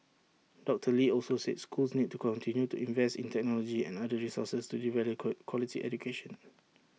doctor lee also said schools need to continue to invest in technology and other resources to deliver quality education